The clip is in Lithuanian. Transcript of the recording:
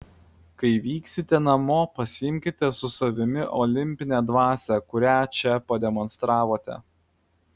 kai vyksite namo pasiimkite su savimi olimpinę dvasią kurią čia pademonstravote